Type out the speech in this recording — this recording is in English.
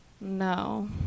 No